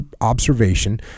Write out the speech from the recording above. observation